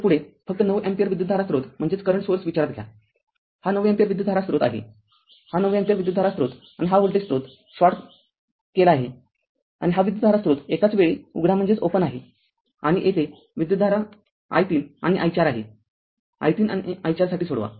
तर पुढे फक्त ९ अँपिअर विद्युतधारा स्रोत विचारात घ्या हा ९ अँपिअर विद्युतधारा स्रोत आहे हा ९ अँपिअर विद्युतधारा स्रोत आणि हा व्होल्टेज स्रोत शॉर्ट केला आहे आणि हा विद्युतधारा स्रोत एकाचवेळी उघडा आहे आणि येथे विद्युतधारा i३ आणि i४ आहे i३ आणि i४ साठी सोडवा